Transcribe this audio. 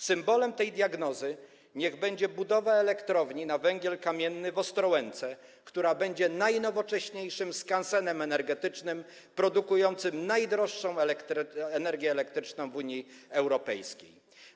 Symbolem tej diagnozy niech będzie budowa elektrowni na węgiel kamienny w Ostrołęce, która będzie najnowocześniejszym skansenem energetycznym produkującym najdroższą energię elektryczną w Unii Europejskiej.